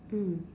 mm